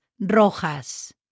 rojas